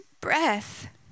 breath